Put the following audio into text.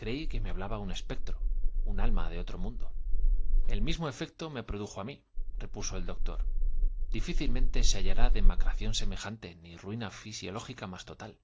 creí que me hablaba un espectro un alma del otro mundo el mismo efecto me produjo i á mí repuso el doctor difícilmente se hallará demacración semejante ni ruina fisiológica más total